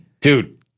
Dude